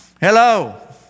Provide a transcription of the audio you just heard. Hello